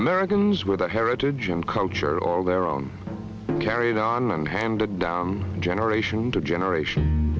americans with a heritage and culture all their own carrying on and handed down generation to generation